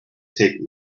take